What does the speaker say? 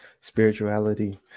spirituality